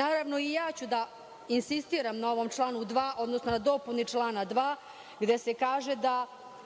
Naravno, i ja ću da insisitiram na ovom članu 2, odnosno dopuni člana 2, gde se kaže –